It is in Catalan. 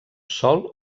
sòl